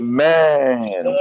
Amen